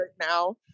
now